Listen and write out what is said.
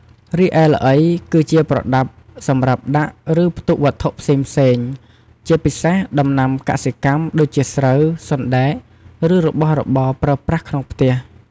រីឯ ល្អី គឺជាប្រដាប់សម្រាប់ដាក់ ឬផ្ទុកវត្ថុផ្សេងៗ ជាពិសេសដំណាំកសិកម្ម ដូចជាស្រូវ សណ្ដែក ឬរបស់របរប្រើប្រាស់ក្នុងផ្ទះ។